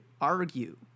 argue